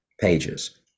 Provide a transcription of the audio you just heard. pages